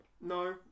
no